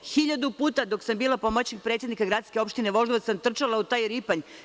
Hiljadu puta, dok sam bila pomoćnik predsednika gradske opštine Voždovac, sam trčala u taj Ripanj.